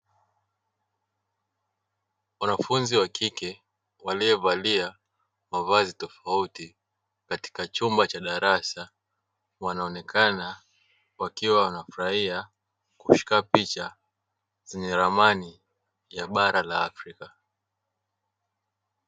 Wanafunzi wa kike waliovalia mavazi tofauti katika chumba cha darasa, wanaonekana wakiwa wanafurahia kushika picha zenye ramani ya bara la Afrika.